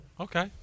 Okay